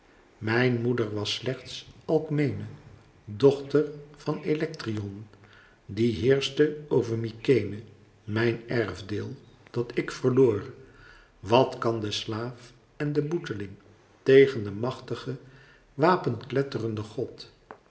mijn moeder was slechts alkmene dochter van elektryon die heerschte over mykenæ mijn erfdeel dat ik verloor wat kan de slaaf en de boeteling tegen den machtigen wapenkletterenden god